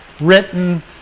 written